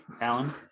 Alan